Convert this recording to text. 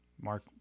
Mark